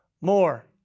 more